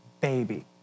baby